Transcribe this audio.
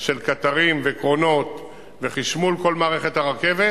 של קטרים וקרונות וחשמול של מערכת הרכבת,